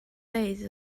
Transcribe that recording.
dweud